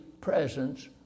presence